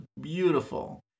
beautiful